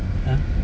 ah